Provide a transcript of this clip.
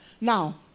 Now